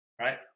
right